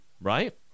Right